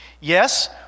Yes